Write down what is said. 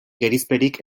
gerizperik